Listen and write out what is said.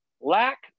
lack